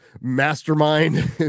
mastermind